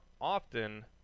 often